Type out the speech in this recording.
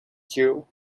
jill